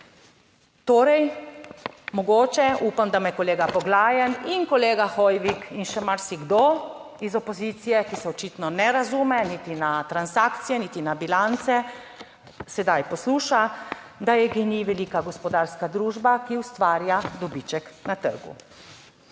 mogoče, upam, da me kolega Poglajen in kolega Hoivik in še marsikdo iz opozicije, ki se očitno ne razume niti na transakcije niti na bilance, sedaj posluša, da je GEN-I velika gospodarska družba, ki ustvarja dobiček na trgu,